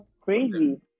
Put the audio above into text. crazy